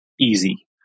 easy